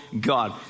God